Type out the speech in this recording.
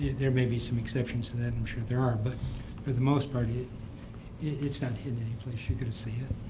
there may be some exceptions to that, i'm sure there are. but for the most part it's not hidden any place, you're going to see it.